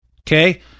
Okay